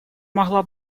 могла